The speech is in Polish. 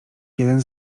jeden